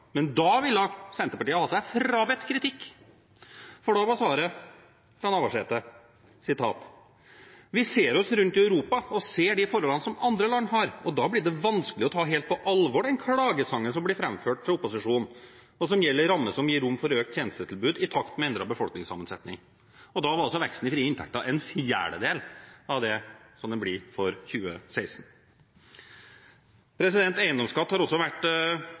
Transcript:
Men da ville Senterpartiet ha seg frabedt kritikk, for da var svaret fra Navarsete: «Me ser rundt oss i Europa, og ser dei forholda andre land har, då blir det vanskeleg å ta heilt på alvor den klagesangen som blir framført frå opposisjonen, og som gjeld ei ramme som gir rom for auka tenestetilbod i takt med endra befolkningssamansetjing.» Da var altså veksten i frie inntekter en fjerdedel av det som den blir for 2016. Eiendomsskatt har også vært